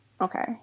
Okay